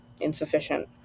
insufficient